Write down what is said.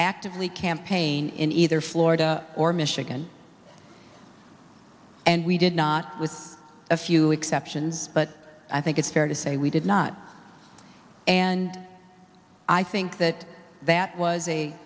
actively campaign in either florida or michigan and we did not with a few exceptions but i think it's fair to say we did not and i think that that was